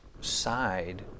side